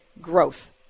growth